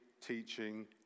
teaching